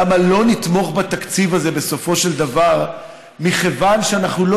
למה לא נתמוך בתקציב הזה בסופו של דבר היא מכיוון שאנחנו לא